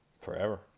forever